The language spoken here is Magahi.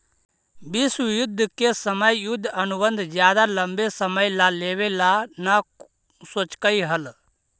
विश्व युद्ध के समय युद्ध अनुबंध ज्यादा लंबे समय ला लेवे ला न सोचकई हल